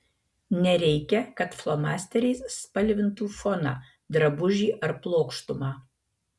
nereikia kad flomasteriais spalvintų foną drabužį ar plokštumą